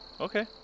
Okay